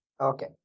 Okay